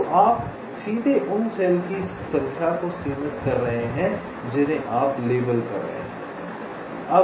तो आप सीधे उन सेल की संख्या को सीमित कर रहे हैं जिन्हें आप लेबल कर रहे हैं